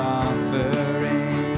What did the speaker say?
offering